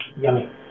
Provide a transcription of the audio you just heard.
Yummy